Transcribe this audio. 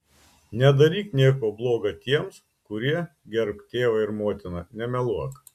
nedaryk nieko bloga tiems kurie gerbk tėvą ir motiną nemeluok